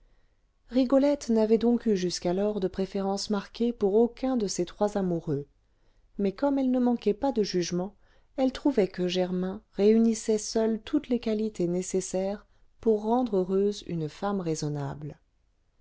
rigolette n'avait donc eu jusqu'alors de préférence marquée pour aucun de ses trois amoureux mais comme elle ne manquait pas de jugement elle trouvait que germain réunissait seul toutes les qualités nécessaires pour rendre heureuse une femme raisonnable